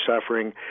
suffering